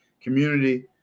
community